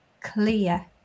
clear